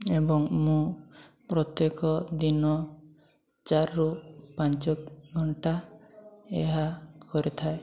ଏବଂ ମୁଁ ପ୍ରତ୍ୟେକ ଦିନ ଚାରିରୁ ପାଞ୍ଚ ଘଣ୍ଟା ଏହା କରିଥାଏ